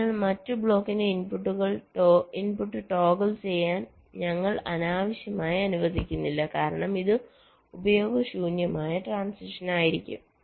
അതിനാൽ മറ്റ് ബ്ലോക്കിന്റെ ഇൻപുട്ട് ടോഗിൾ ചെയ്യാൻ ഞങ്ങൾ അനാവശ്യമായി അനുവദിക്കുന്നില്ല കാരണം ഇത് ഉപയോഗശൂന്യമായ ട്രാന്സിഷനായിരിക്കും